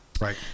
right